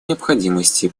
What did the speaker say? необходимости